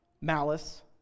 malice